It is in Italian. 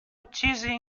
uccisi